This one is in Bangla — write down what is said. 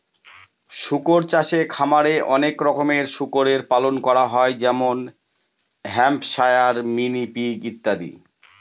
শুকর চাষে খামারে অনেক রকমের শুকরের পালন করা হয় যেমন হ্যাম্পশায়ার, মিনি পিগ ইত্যাদি